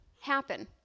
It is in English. happen